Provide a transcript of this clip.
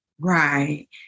Right